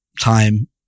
time